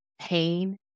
pain